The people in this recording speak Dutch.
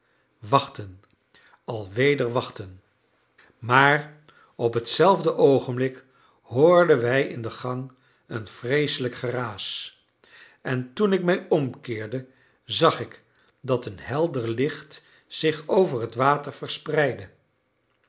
wachten alweder wachten maar op hetzelfde oogenblik hoorden wij in de gang een vreeselijk geraas en toen ik mij omkeerde zag ik dat een helder licht zich over het water verspreidde